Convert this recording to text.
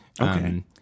Okay